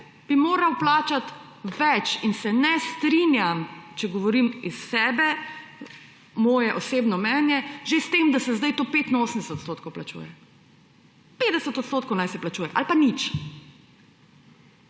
bi moral plačati več in se ne strinjam, če govorim iz sebe, moje osebno mnenje, že s tem, da se zdaj to 85 % plačuje, 50 % naj se plačuje ali pa nič.